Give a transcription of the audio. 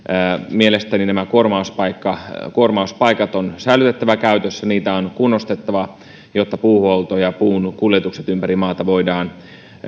mielestäni nämä kuormauspaikat kuormauspaikat on säilytettävä käytössä niitä on kunnostettava jotta voidaan puuhuolto ja puunkuljetukset ympäri maata